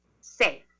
safe